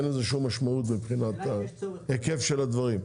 אין לזה שום משמעות מבחינת היקף הדברים.